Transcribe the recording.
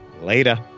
Later